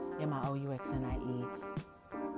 M-I-O-U-X-N-I-E